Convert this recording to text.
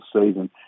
season